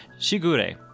Shigure